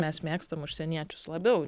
mes mėgstam užsieniečius labiau